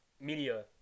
media